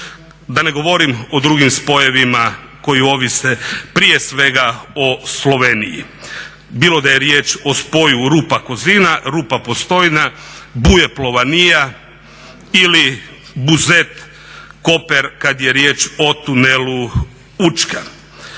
Da ne govorim o drugim spojevima koji ovise prije svega o Sloveniji bilo da je riječ o spoju Rupa - Kozina, Rupa Postojna, Buje - Plovanija ili Buzet – Koper kada je riječ o tunelu Učka.